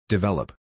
Develop